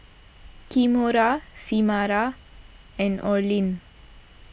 Kimora Samira and Orlin